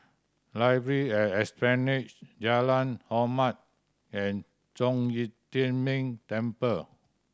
Library at Esplanade Jalan Hormat and Zhong Yi Tian Ming Temple